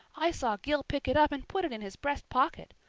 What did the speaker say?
i saw gil pick it up and put it in his breast pocket.